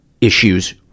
issues